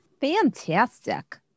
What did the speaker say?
fantastic